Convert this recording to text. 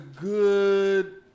good